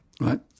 right